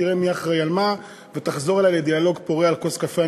תראה מי אחראי למה ותחזור אלי לדיאלוג פורה על כוס קפה,